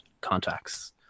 contacts